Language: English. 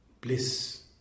bliss